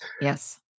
Yes